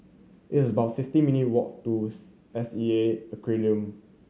it's about sixty minute' walk to S E A Aquarium